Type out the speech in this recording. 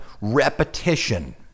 repetition